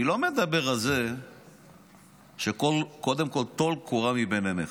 אני לא מדבר על זה שקודם כול טול קורה מבין עיניך.